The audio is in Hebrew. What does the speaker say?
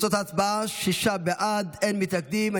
תוצאות ההצבעה: שישה בעד, אין מתנגדים.